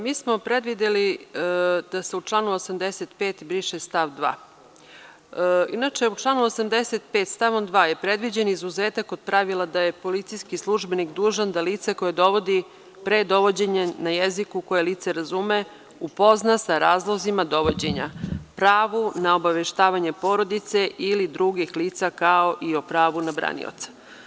Mi smo predvideli da se u članu 85. briše stav 2. Inače, u članu 85. stavom 2. je predviđen izuzetak kod pravila da je policijski službenik dužan da lice koja dovodi pre dovođenja, na jeziku koje lice razume, upozna za razlozima dovođenja, pravu na obaveštavanje porodice ili drugih lica kao i o pravu na branioca.